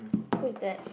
who is that